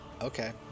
Okay